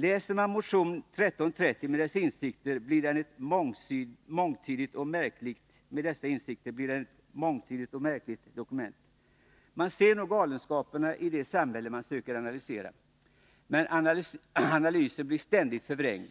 den som läser motion 1330 med dessa insikter blir den ett mångtydigt och märkligt dokument. Man ser nog galenskaperna i det samhälle man söker analysera, men analysen blir ständigt förvrängd.